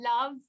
love